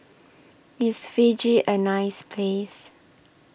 IS Fiji A nice Place